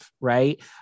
Right